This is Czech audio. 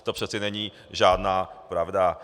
To přece není žádná pravda.